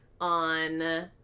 on